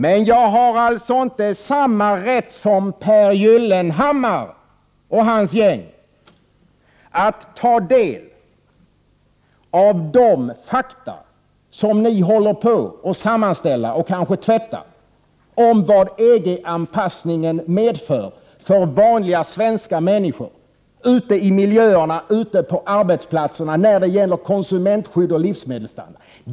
Men jag har alltså inte samma rätt som Pehr Gyllenhammar och hans gäng att få ta del av de fakta som ni håller på att sammanställa, och kanske tvätta, om vad EG-anpassningen medför för vanliga svenska människor i deras miljö och på arbetsplatserna när det gäller konsumentskydd och livsmedelsstandard!